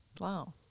Wow